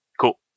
Cool